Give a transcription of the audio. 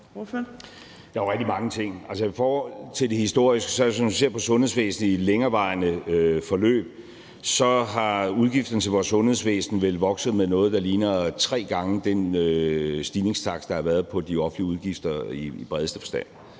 Det var rigtig mange ting. I forhold til det historiske er det sådan, at hvis man ser på sundhedsvæsenet i et længerevarende forløb, er udgiften til vores sundhedsvæsen vel vokset med noget, der ligner tre gange den stigningstakt, der har været på de offentlige udgifter i bredeste forstand.